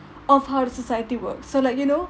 of how the society works so like you know